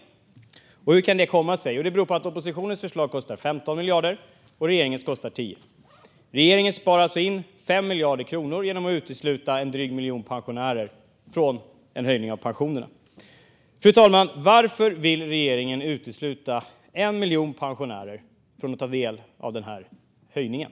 Hur kan det komma sig? Jo, det beror på att oppositionens förslag kostar 15 miljarder och regeringens förslag 10 miljarder. Regeringen sparar alltså in 5 miljarder kronor genom att utesluta en dryg miljon pensionärer från en höjning av pensionerna. Fru talman! Varför vill regeringen utesluta en miljon pensionärer från att ta del av den här höjningen?